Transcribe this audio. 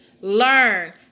learn